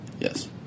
Yes